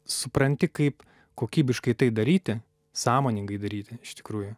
supranti kaip kokybiškai tai daryti sąmoningai daryti iš tikrųjų